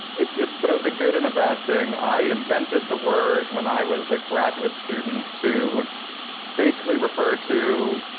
it's it's both a good and a bad thing. i invented the word when i was a graduate student to basically refer to